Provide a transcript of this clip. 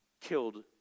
killed